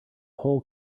whole